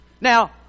Now